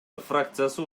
фракциясы